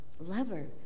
Lover